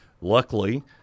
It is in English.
luckily